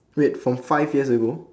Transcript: wait from five years ago